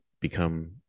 become